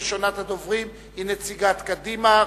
ראשונת הדוברים היא נציגת קדימה,